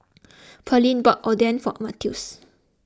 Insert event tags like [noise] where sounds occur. [noise] Pearline bought Oden for Mathews